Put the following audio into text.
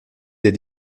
des